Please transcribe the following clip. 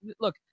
look